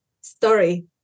story